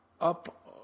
up